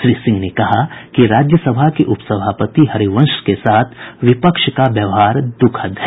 श्री सिंह ने कहा कि राज्यसभा के उपसभापति हरिवंश के साथ विपक्ष का व्यवहार द्रखद है